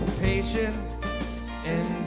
patient, and